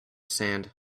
sand